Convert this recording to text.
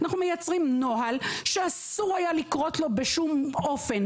אנחנו מייצרים נוהל שהיה אסור לקרות בשום אופן,